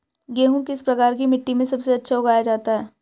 गेहूँ किस प्रकार की मिट्टी में सबसे अच्छा उगाया जाता है?